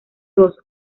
dos